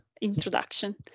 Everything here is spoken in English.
introduction